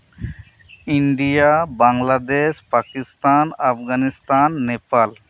India Bangladesh Pakistan Afghanistan Nepal